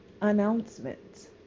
announcement